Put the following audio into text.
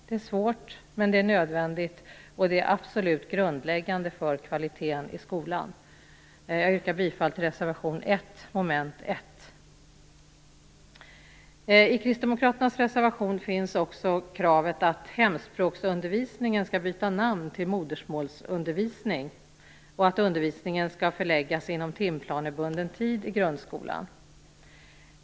Det är svårt, men det är nödvändigt och det är absolut grundläggande för kvaliteten i skolan. Jag yrkar bifall till reservation 1 under mom. 1. I kristdemokraternas reservation framförs också kravet på att hemspråksundervisningen skall byta namn till modersmålsundervisning och att undervisningen skall förläggas inom timplanebunden tid i grundskolan.